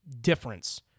difference